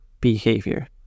behavior